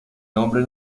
nombre